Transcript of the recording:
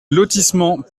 lotissement